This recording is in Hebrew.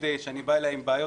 נושא שלא קורה בכל כנסת,